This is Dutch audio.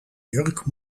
jurk